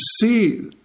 see